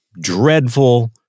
dreadful